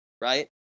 right